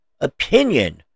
opinion